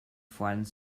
flattened